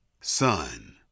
Son